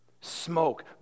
smoke